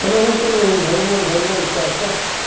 केनाहु केनाहु भगबान भगबान कए कऽ